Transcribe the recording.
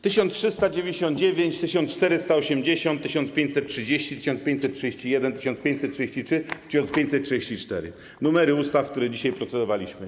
1399, 1480, 1530, 1531, 1533, 1534 - numery druków z projektami ustaw, nad którymi dzisiaj procedowaliśmy.